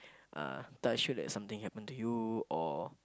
uh touch wood like something happen to you or